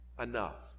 enough